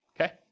okay